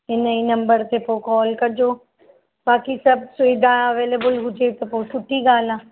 हिन ई नंबर ते पोइ कॉल कजो बाक़ी सभु सुविधा अवेलेबल हुजे त पोइ सुठी ॻाल्हि आहे